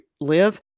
live